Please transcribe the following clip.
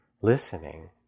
listening